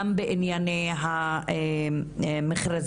גם בענייני המכרזים,